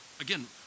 Again